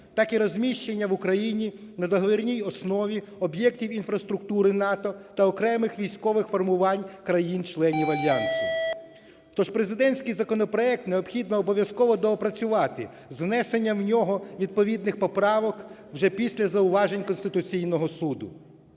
так і розміщення в Україні на договірній основі об'єктів інфраструктури НАТО та окремих військових формувань країн-членів альянсу. Тож президентський законопроект необхідно обов'язково доопрацювати із внесенням в нього відповідних поправок вже після зауважень Конституційного Суду.